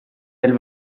del